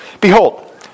Behold